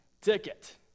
ticket